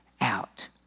out